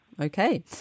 Okay